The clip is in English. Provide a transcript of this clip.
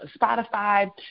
Spotify